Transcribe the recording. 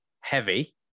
heavy